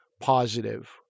positive